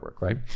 right